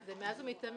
זה מאז ומתמיד,